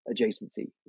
adjacency